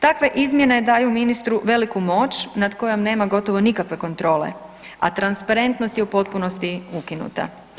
Takve izmjene daju ministru veliku moć nad kojom nema gotovo nikakve kontrole, a transparentnost je u potpunosti ukinuta.